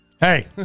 Hey